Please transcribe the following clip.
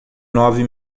nove